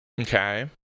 Okay